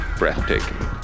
breathtaking